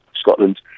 Scotland